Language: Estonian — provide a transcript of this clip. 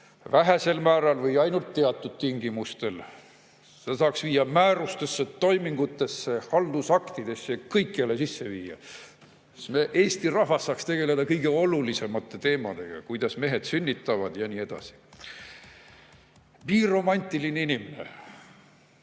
vähesel määral või ainult teatud tingimustel." Selle saaks viia määrustesse, toimingutesse, haldusaktidesse – kõikjale. Eesti rahvas saaks tegeleda kõige olulisemate teemadega, kuidas mehed sünnitavad ja nii edasi. Biromantiline inimene